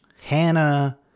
Hannah